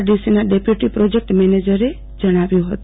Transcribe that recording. ડીસીના deputy project મેનેજરે જણાવ્યુ હતું